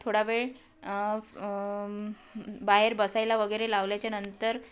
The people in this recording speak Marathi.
थोडा वेळ बाहेर बसायला वगैरे लावल्याच्यानंतर